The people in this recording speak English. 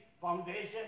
foundation